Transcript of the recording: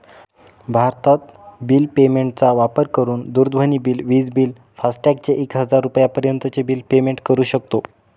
भारतत bill payment चा वापर करून दूरध्वनी बिल, विज बिल, फास्टॅग चे एक हजार रुपयापर्यंत चे बिल पेमेंट करू शकतो